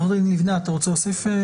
עורך הדין ליבנה, אתה רוצה להוסיף?